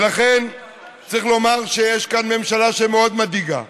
ולכן צריך לומר שיש כאן ממשלה שמאוד מדאיגה.